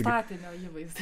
statinio įvaizdis